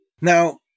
Now